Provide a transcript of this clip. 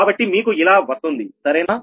కాబట్టి మీకు ఇలా వస్తుంది సరేనా